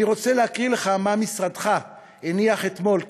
אני רוצה להקריא לך מה משרדך הניח אתמול,